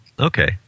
Okay